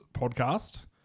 podcast